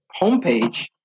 homepage